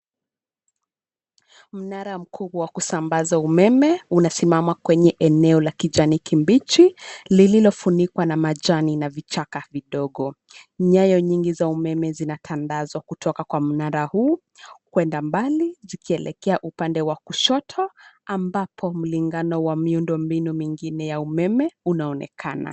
Mnara mkubwa wa kusambaza umeme, unasimama kwenye eneo la kijani kibichi lililofunikwa na majani na vichaka vidogo. Nyayo nyingi za umeme zinatandazwa kutoka kwa mnara huu kwenda mbali, zikielekea upande wa kushoto ambapo mlingano wa miundombinu mingine ya umeme unaonekana.